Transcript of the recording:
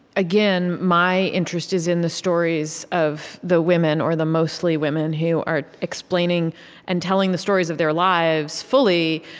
again, my interest is in the stories of the women, or the mostly women, who are explaining and telling the stories of their lives, fully,